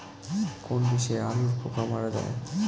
কোন বিষে আলুর পোকা মারা যায়?